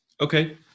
Okay